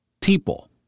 people